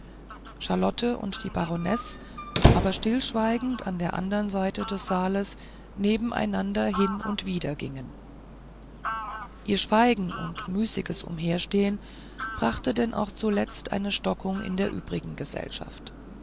charlotte und die baronesse aber stillschweigend an der andern seite des saals nebeneinander hin und wider gingen ihr schweigen und müßiges umherstehen brachte denn auch zuletzt eine stockung in die übrige gesellschaft